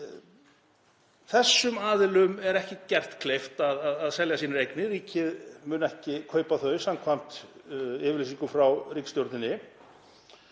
Þessum aðilum er ekki gert kleift að selja sínar eignir. Ríkið mun ekki kaupa þær samkvæmt yfirlýsingu frá ríkisstjórninni.